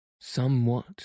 somewhat